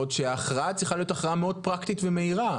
בעוד שההכרעה צריכה להיות הכרעה מאוד פרקטית ומהירה.